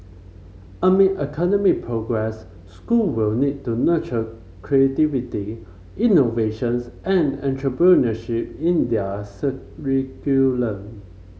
amid academic progress school will need to nurture creativity innovations and entrepreneurship in their